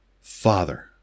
Father